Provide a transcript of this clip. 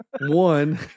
One